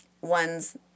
One's